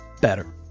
better